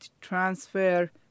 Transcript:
transfer